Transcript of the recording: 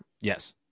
yes